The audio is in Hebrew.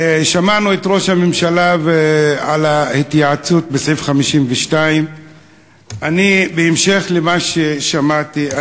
שמענו את דברי ראש הממשלה על ההתייעצות בסעיף 52. בהמשך למה ששמעתי,